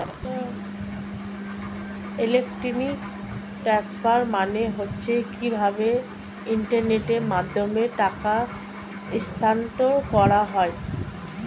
electronic transfer মানে হচ্ছে কিভাবে ইন্টারনেটের মাধ্যমে টাকা স্থানান্তর করা হয়